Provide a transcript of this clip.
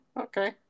Okay